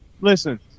Listen